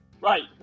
Right